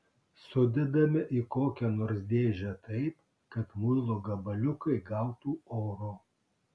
sudedame į kokią nors dėžę taip kad muilo gabaliukai gautų oro